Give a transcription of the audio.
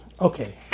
Okay